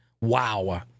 wow